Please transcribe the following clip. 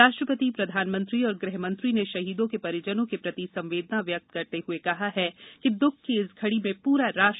राष्ट्रपति प्रधानमंत्री और गृहमंत्री ने शहीदों के परिजनों के प्रति संवेदना व्यक्त करते हुए कहा है कि दुख की इस घड़ी में पूरा राष्ट्र उनके साथ खड़ा है